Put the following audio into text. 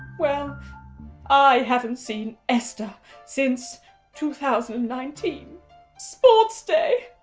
well i haven't seen esther since two thousand and nineteen sports day.